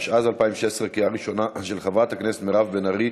התשע"ו 2016, לוועדת החוקה, חוק ומשפט נתקבלה.